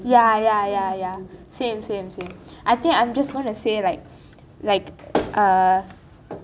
ya ya ya ya same same same suddenly I think I just want to say like like err